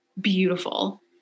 beautiful